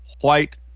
white